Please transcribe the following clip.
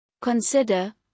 Consider